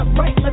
right